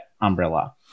umbrella